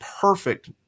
perfect